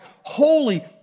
holy